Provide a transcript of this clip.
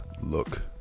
Look